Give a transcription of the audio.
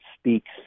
speaks